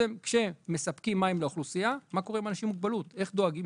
כשמספקים מים לאוכלוסייה איך דואגים